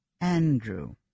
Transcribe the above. Andrew